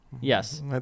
Yes